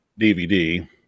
DVD